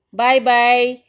bye-bye